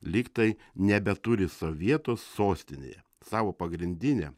lygtai nebeturi sav vietos sostinėje savo pagrindinę